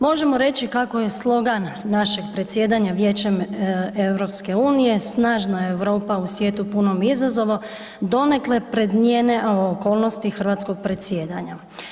Možemo reći kako je slogan našeg predsjedanja Vijećem EU „Snažna Europa u svijetu punom izazova“ donekle predmnijeva okolnosti hrvatskog predsjedanja.